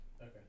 Okay